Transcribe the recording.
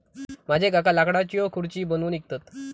माझे काका लाकडाच्यो खुर्ची बनवून विकतत